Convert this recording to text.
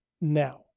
now